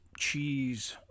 Cheese